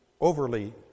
overly